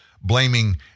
blaming